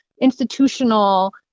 institutional